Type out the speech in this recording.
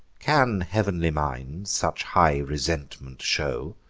can heav'nly minds such high resentment show,